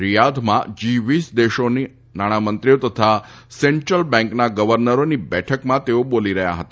રીયાધમાં G વીસ દેશોની નાણામંત્રીઓ તથા સેન્ટ્રલ બેન્કના ગવર્નરોની બેઠકમાં તેઓ બોલી રહ્યા હતા